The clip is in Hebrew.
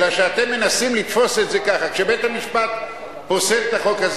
אלא שאתם מנסים לתפוס את זה ככה: כשבית-המשפט פוסל את החוק הזה,